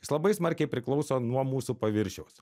jis labai smarkiai priklauso nuo mūsų paviršiaus